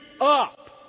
up